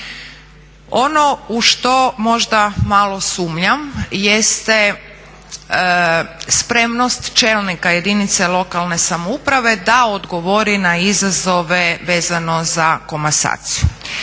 Ono u što možda malo sumnjam jeste spremnost čelnika jedinice lokalne samouprave da odgovori na izazove vezano za komasaciju.